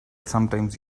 sometimes